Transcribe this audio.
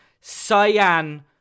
Cyan